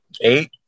eight